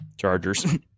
Chargers